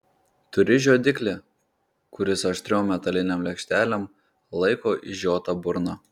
turi žiodiklį kuris aštriom metalinėm lėkštelėm laiko išžiotą burną